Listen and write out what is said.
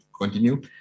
continue